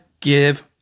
give